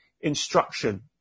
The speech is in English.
instruction